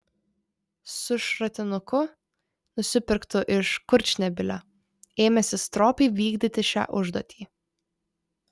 su šratinuku nusipirktu iš kurčnebylio ėmėsi stropiai vykdyti šią užduotį